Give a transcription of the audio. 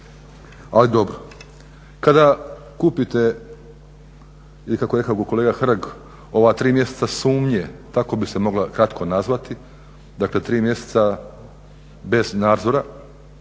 Ali dobro. Kada kupite ili kako je rekao kolega Hrg ova tri mjeseca sumnje tako bi se mogla kratko nazvati dakle tri mjeseca bez nadzora